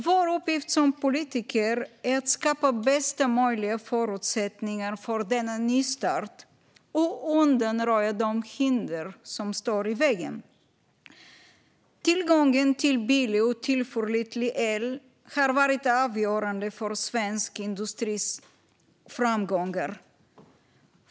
Vår uppgift som politiker är att skapa bästa möjliga förutsättningar för denna nystart och att undanröja de hinder som står i vägen. Tillgången till billig och tillförlitlig el har varit avgörande för svensk industris framgångar.